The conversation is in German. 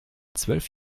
zwölf